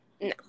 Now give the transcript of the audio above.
No